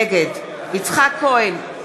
נגד יצחק כהן,